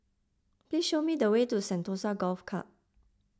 please show me the way to Sentosa Golf Club